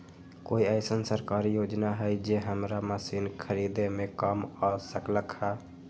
कोइ अईसन सरकारी योजना हई जे हमरा मशीन खरीदे में काम आ सकलक ह?